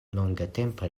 longatempe